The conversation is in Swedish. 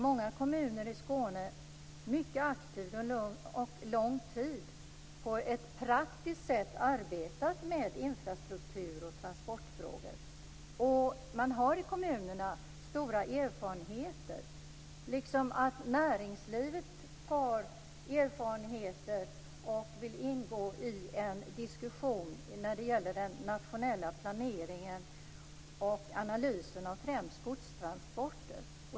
Många kommuner i Skåne har under lång tid på ett praktiskt sätt arbetat med infrastruktur och transportfrågor. I kommunerna finns stora erfarenheter, liksom näringslivet har erfarenheter och vill ingå i en diskussion om den nationella planeringen och analysen av främst godstransporter.